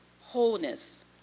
wholeness